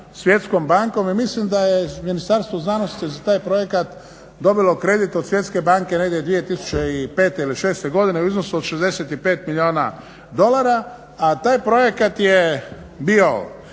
Svjetskom bankom i mislim da je Ministarstvo znanosti za taj projekat dobilo kredit od Svjetske banke negdje 2005. ili šeste godine u iznosu od 65 milijuna dolara, a taj projekat je bio